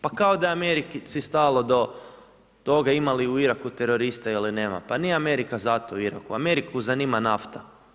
Pa kao da je Americi stalo do toga ima li u Iraku terorista ili nema, pa nije Amerika zato u Iraku, Ameriku zanima nafta.